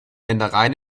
ländereien